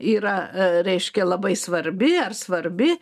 yra reiškia labai svarbi ar svarbi